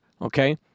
okay